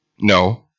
No